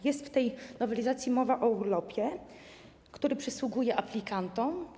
Jest w tej nowelizacji mowa o urlopie, który przysługuje aplikantom.